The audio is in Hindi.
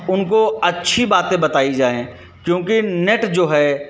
उनको अच्छी बातें बताई जाएँ चूँकि नेट जो है